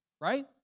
Right